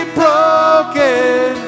broken